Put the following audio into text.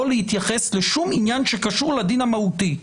להתייחס לשום עניין שקשור לדין המהותי,